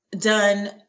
done